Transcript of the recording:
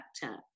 factor